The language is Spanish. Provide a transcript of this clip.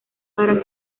para